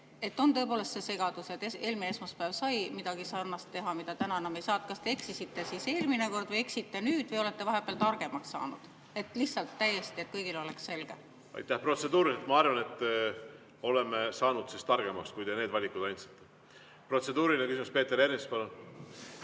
On tõepoolest segadus. Eelmine esmaspäev sai midagi sarnast teha, täna enam ei saa. Kas te eksisite siis eelmine kord või eksite nüüd või olete vahepeal targemaks saanud? Lihtsalt, et kõigil oleks selge. Aitäh! Protseduurilt, ma arvan, me oleme saanud targemaks. No sellised valikud te andsite. Protseduuriline küsimus, Peeter Ernits, palun!